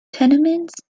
tenements